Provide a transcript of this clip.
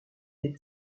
des